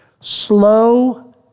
Slow